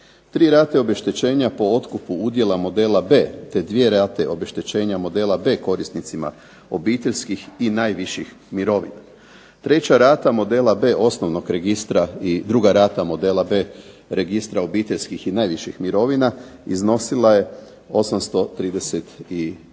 tri rate obeštećenja po otkupu udjela "modela B" te dvije rate obeštećenja "modela B" korisnicima obiteljskih i najviših mirovina. Treća rata "modela B" osnovnog registra i druga rata "modela B" registra obiteljskih i najviših mirovina iznosila je 833